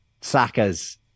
Saka's